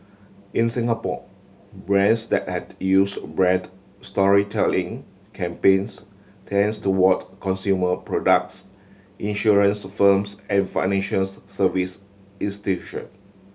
in Singapore brands that has use brand storytelling campaigns tends toward consumer products insurance firms and financials service